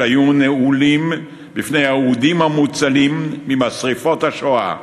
שהיו נעולים בפני האודים המוצלים ממשרפות השואה,